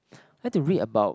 like to read about